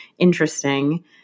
interesting